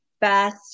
best